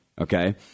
okay